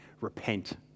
Repent